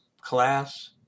class